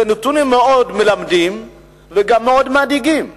הם מלמדים מאוד וגם מדאיגים מאוד: